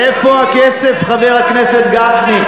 איפה הכסף, חבר הכנסת גפני?